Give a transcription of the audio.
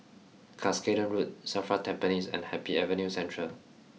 Cuscaden Road Safra Tampines and Happy Avenue Central